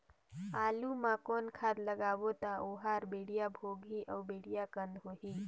आलू मा कौन खाद लगाबो ता ओहार बेडिया भोगही अउ बेडिया कन्द होही?